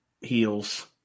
heels